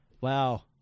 wow